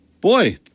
Boy